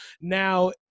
now